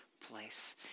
place